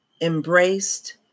embraced